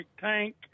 tank